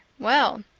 well,